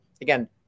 again